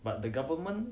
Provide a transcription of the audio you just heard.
but the government